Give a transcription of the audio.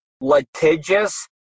litigious